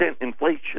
inflation